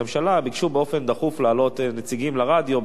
ולאחר שמופז ביקש לפרוש מהממשלה ביקשו באופן דחוף להעלות נציגים לרדיו,